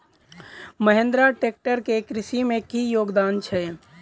Mahindra tractor केँ कृषि मे की योगदान छै?